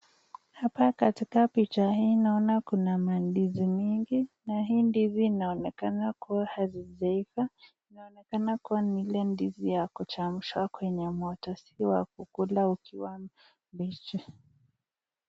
Hapa katika picha hii naona kuna mandizi mingi na hii ndizi inaonekana kuwa hazijaiva. Inaonekana kuwa ni ile ndizi ya kuchemshwa kwenye moto, si ule wa kukula ukiwa mbichi.